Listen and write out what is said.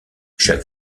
chaque